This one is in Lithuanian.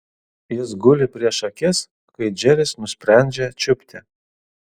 jis guli prieš akis kai džeris nusprendžia čiupti